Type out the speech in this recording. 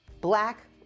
Black